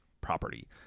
property